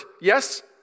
Yes